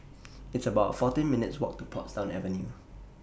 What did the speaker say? It's about fourteen minutes' Walk to Portsdown Avenue